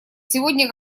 сегодня